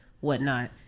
whatnot